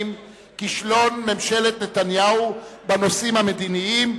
"כישלון ממשלת נתניהו בנושאים המדיניים,